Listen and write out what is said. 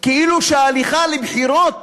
כאילו ההליכה לבחירות